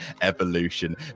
evolution